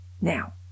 Now